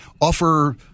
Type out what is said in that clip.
offer